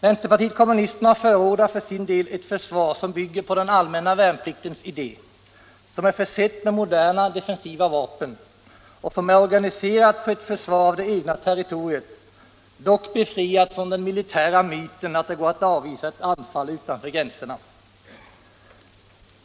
Vänsterpartiet kommunisterna förordar för sin del ett försvar som bygger på den allmänna värnpliktens idé, som är försett med moderna defensiva vapen och som är organiserat för ett försvar av det egna territoriet, dock befriat från den militära myten att det går att avvisa ett anfall utanför gränserna.